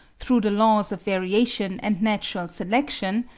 through the laws of variation and natural selection,